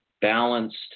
balanced